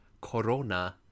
Corona